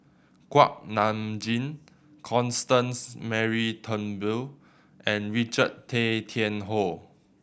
Kuak Nam Jin Constance Mary Turnbull and Richard Tay Tian Hoe